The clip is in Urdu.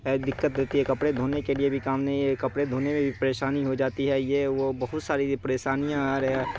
دقت دیتی ہے کپڑے دھونے کے لیے بھی کام نہیں ہے کپڑے دھونے میں بھی پریشانی ہو جاتی ہے یہ وہ بہت ساری پریشانیاں آ رہے ہیں